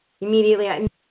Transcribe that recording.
immediately